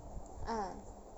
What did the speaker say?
uh